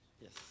yes